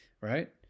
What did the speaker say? right